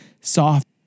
soft